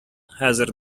хәзер